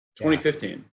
2015